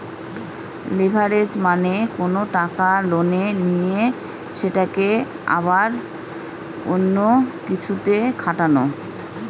leverage মানে কোনো টাকা লোনে নিয়ে সেটাকে আবার অন্য কিছুতে খাটানো